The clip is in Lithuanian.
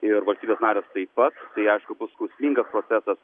ir valstybės narės taip pat tai aišku bus skausmingas procesas